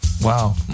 Wow